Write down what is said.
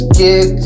get